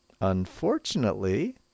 unfortunately